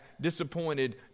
disappointed